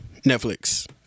Netflix